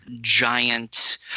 giant